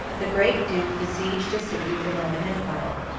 the great duke besieged a city of the roman empire.